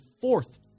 fourth